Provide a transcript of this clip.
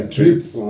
Trips